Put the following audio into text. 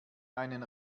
einen